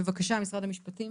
בבקשה, משרד המשפטים.